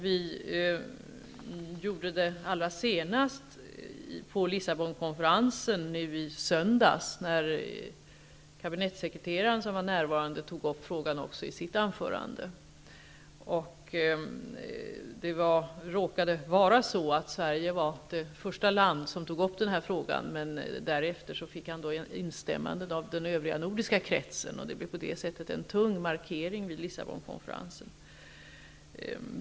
Vi gjorde det senast på Lissabonkonferensen nu i söndags, när kabinettssekreteraren, som var närvarande, tog upp frågan också i sitt anförande. Det råkade vara så att Sverige var det första land som tog upp den här frågan, men därefter fick han instämmanden av den övriga nordiska kretsen. Det blev på det sättet en tung markering vid Lissabonkonferensen.